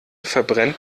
verbrennt